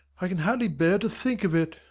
i can hardly bear to think of it.